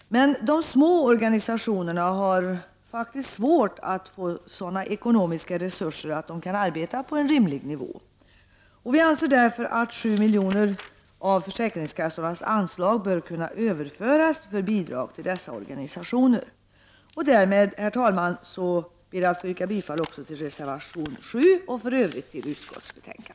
Men de små organisationerna har det svårt att få sådana ekonomiska resurser att de kan arbeta på en rimlig nivå. Vi anser därför att 7 miljoner av försäkringskassornas anslag bör kunna överföras för bidrag till dessa organisationer. Herr talman! Därmed ber jag att få yrka bifall också till reservation 7 och i Övrigt till utskottets hemställan.